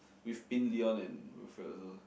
with Leon and Wilfred also